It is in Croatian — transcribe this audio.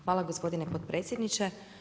Hvala gospodine potpredsjedniče.